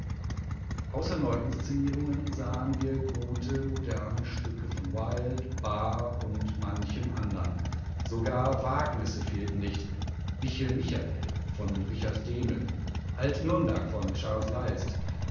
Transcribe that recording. außer neuinszenierungen sahen wir gute moderne stücke von wilde bahr und manchem andern sogar wagnisse fehlten nicht michel michael von richard dehmel alt-nürnberg von charles